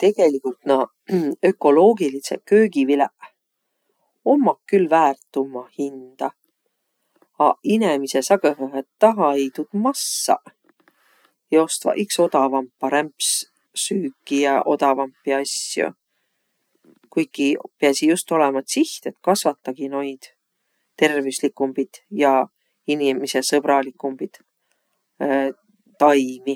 Tegeligult naaq ökoloogilidsõq köögiviläq ommaq külq väärt umma hinda. Aq inemiseq sagõhõhe taha-i tuud massaq ja ostvaq iks odavampa rämpssüüki ja odavampi asjo. Kuikiq piäsiq just olõma tsiht, et kasvatagiq noid tervüsligumbit ja inemisesõbraligumbit taimi.